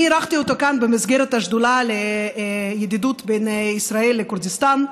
אני אירחתי אותה כאן במסגרת השדולה לידידות בין ישראל לכורדיסטן,